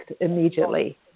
immediately